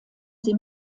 sie